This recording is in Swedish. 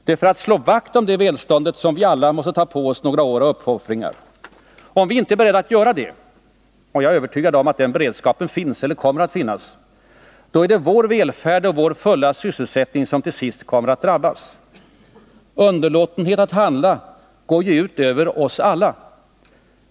Det är för att slå vakt om det välståndet som vi alla måste ta på oss några år av uppoffringar. Om vi inte är beredda att göra det — men jag är övertygad om att den beredskapen finns eller kommer att finnas — då är det vår välfärd och vår fulla sysselsättning som till sist kommer att drabbas. Underlåtenhet att handla går ju ut över oss alla.